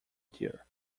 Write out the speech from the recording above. dear